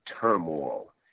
turmoil